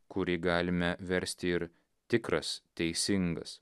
kurį galime versti ir tikras teisingas